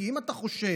כי אם אתה חושב